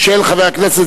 חבר הכנסת